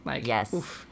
Yes